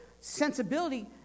sensibility